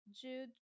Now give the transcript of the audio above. Jude